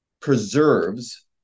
preserves